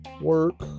work